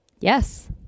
Yes